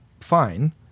fine